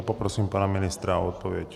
Poprosím pana ministra o odpověď.